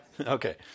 Okay